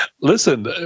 Listen